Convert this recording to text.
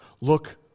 Look